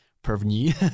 první